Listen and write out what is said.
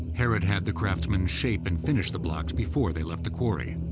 herod had the craftsmen shape and finish the blocks before they left the quarry.